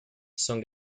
son